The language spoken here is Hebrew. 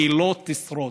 לא תשרוד.